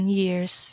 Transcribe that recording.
years